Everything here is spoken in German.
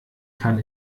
kann